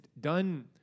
done